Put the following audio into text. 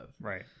Right